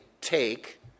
take